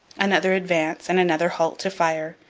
another advance and another halt to fire,